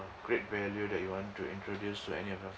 of great value that you want to introduce to any of your